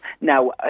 Now